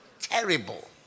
Terrible